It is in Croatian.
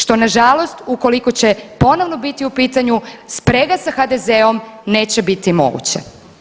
Što nažalost ukoliko će ponovo biti u pitanju sprega sa HDZ-om neće biti moguće.